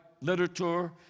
literature